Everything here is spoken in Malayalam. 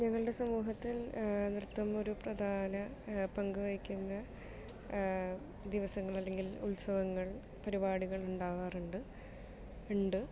ഞങ്ങളുടെ സമൂഹത്തിൽ നൃത്തം ഒരു പ്രധാന പങ്ക് വഹിക്കുന്ന ദിവസങ്ങൾ അല്ലേൽ ഉത്സവങ്ങൾ പരിപാടികൾ ഉണ്ടാകാറുണ്ട് ഉണ്ട്